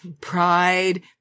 pride